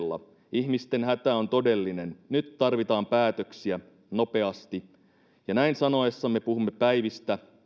ihmisten hätä on todellinen nyt tarvitaan päätöksiä nopeasti ja näin sanoessamme puhumme päivistä